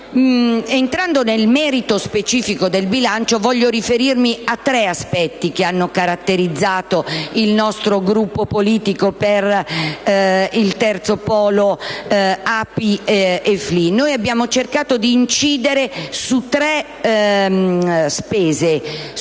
Entrando nel merito specifico del bilancio, voglio riferirmi a tre aspetti che hanno caratterizzato il nostro Gruppo politico Per il Terzo Polo: ApI-FLI. Noi abbiamo cercato di incidere su tre